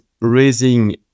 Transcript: raising